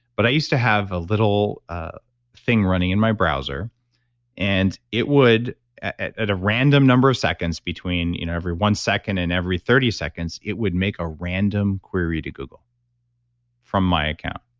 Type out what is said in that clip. but i used to have a little thing running in my browser and it would at at a random number of seconds between you know every one second and every thirty seconds it would make a random query to google from my account.